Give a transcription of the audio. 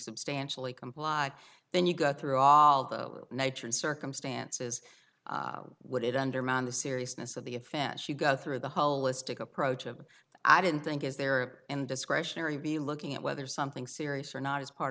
substantially comply then you got through all the nature and circumstances would it undermine the seriousness of the offense you go through the whole list approach of i didn't think is there and discretionary be looking at whether something serious or not is part